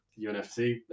unfc